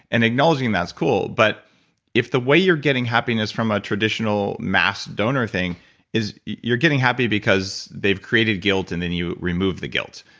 and acknowledging that's cool, but if the way you're getting happiness from a traditional traditional mass donor thing is you're getting happy because they've created guilt, and then you remove the guilt.